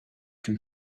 can